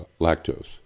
lactose